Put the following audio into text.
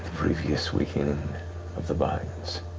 previous weakening of the binds